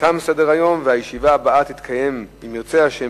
והוא מותר רק לנוסעים בכלי רכב.